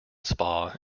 spa